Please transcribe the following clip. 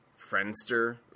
friendster